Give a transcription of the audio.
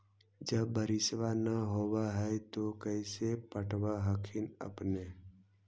जब बारिसबा नय होब है तो कैसे पटब हखिन अपने?